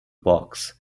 box